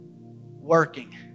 working